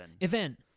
Event